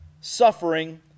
suffering